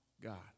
God